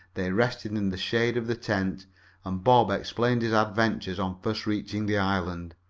they rested in the shade of the tent and bob explained his adventures on first reaching the island.